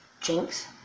Jinx